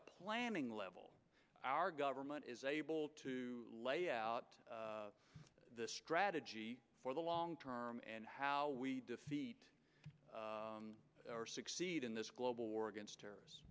the planning level our government is able to lay out the strategy for the long term and how we defeat or succeed in this global war against terror